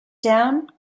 down